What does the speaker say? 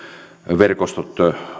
verkostot